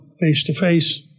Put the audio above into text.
face-to-face